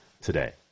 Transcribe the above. today